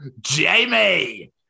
Jamie